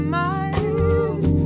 minds